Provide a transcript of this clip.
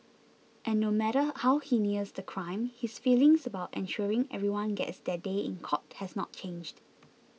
and no matter how heinous the crime his feelings about ensuring everyone gets their day in court has not changed